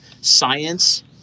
science